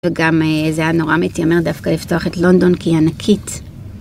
וגם זה היה נורא מתיימר דווקא לפתוח את לונדון כי היא ענקית.